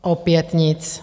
Opět nic.